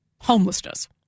homelessness